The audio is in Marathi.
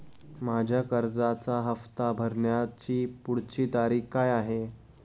माझ्या कर्जाचा हफ्ता भरण्याची पुढची तारीख काय आहे?